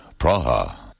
Praha